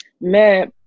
Mais